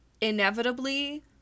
inevitably